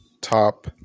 top